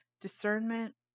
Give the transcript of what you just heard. Discernment